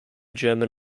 german